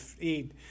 eat